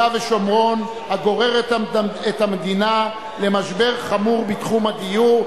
ושומרון הגוררת את המדינה למשבר חמור בתחום הדיור,